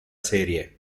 serie